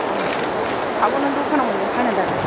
ए आब' नों दखानाव मैगं फानो दा